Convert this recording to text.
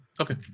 Okay